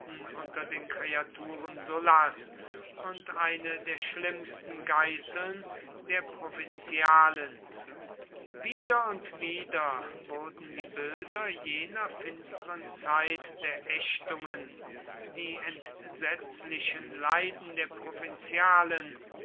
unter den kreaturen sullas und eine der schlimmsten geißeln der provinzialen wieder und wieder wurden die bilder jener finsteren zeit der ächtungen die entsetzlichen leiden der